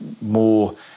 more